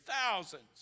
thousands